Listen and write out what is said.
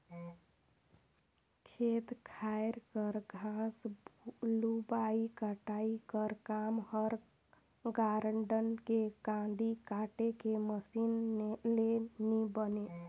खेत खाएर कर घांस लुबई कटई कर काम हर गारडन के कांदी काटे के मसीन ले नी बने